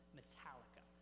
Metallica